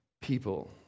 people